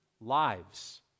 lives